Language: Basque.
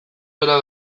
bera